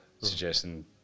suggesting